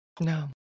No